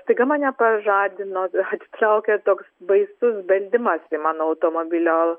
staiga mane pažadino atitraukė toks baisus beldimas į mano automobilio